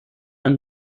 ein